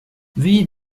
veuillez